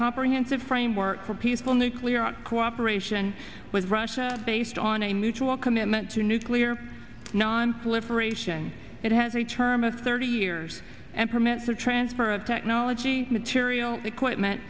comprehensive framework for peaceful nuclear cooperation with russia based on a mutual commitment to nuclear nonproliferation it has a term of thirty years and permit for transfer of technology material equipment